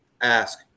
ask